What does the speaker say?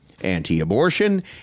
anti-abortion